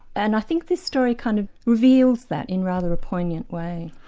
and i think this story kind of reveals that in rather a poignant way.